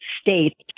states